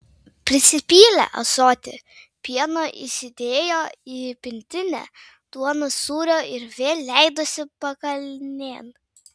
prisipylė ąsotį pieno įsidėjo į pintinę duonos sūrio ir vėl leidosi pakalnėn